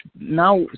now